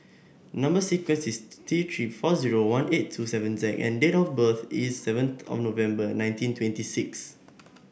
number sequence is T Three four zero one eight two seven Z and date of birth is seventh of November nineteen twenty six